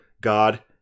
God